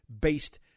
based